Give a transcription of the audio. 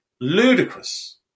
Ludicrous